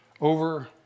Over